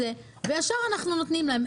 ישר אנחנו נותנים להם.